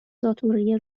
ذاتالریه